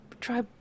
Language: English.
try